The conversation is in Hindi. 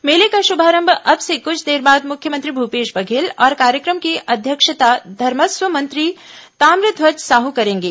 मेले का श्भारंभ अब से कुछ देर बाद मुख्यमंत्री भूपेश बघेल और कार्यक्रम की अध्यक्षता धर्मस्व मंत्री ताम्रध्वज साहू करेंगे